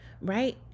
Right